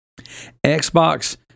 Xbox